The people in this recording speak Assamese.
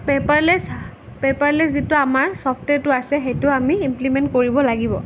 পেপাৰলেছ পেপাৰলেছ যিটো আমাৰ চফটৱেৰটো আছে সেইটো আমি ইমপ্লিমেণ্ট কৰিব লাগিব